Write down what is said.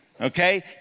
okay